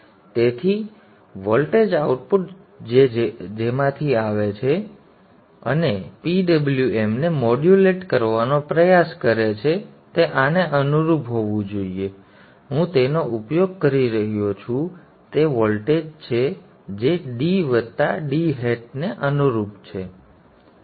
તેથી voltage output જે આમાંથી આવે છે અને PWMને મોડ્યુલેટ કરવાનો પ્રયાસ કરે છે તે આને અનુરૂપ હોવું જોઈએ હું તેનો ઉપયોગ કરી રહ્યો છું તે વોલ્ટેજ છે જે d વત્તા d હેટને અનુરૂપ છે